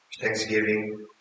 Thanksgiving